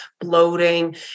bloating